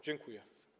Dziękuję.